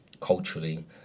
culturally